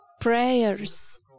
prayers